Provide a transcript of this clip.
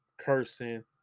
cursing